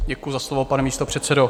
Děkuji za slovo, pane místopředsedo.